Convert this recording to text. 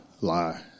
lie